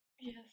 Yes